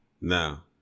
Now